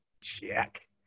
check